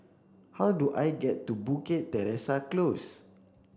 how do I get to Bukit Teresa Close